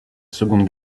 seconde